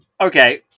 Okay